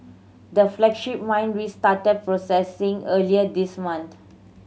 the flagship mine restarted processing earlier this month